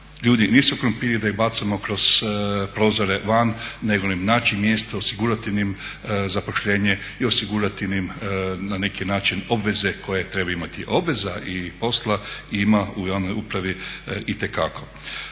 ljudi nisu krumpiri da ih bacamo kroz prozore van nego im naći mjesto, osigurati im zaposlenje i osigurati im na neki način obveze koje trebaju imati. Obveza i posla ima u javnoj upravi itekako.